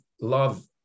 love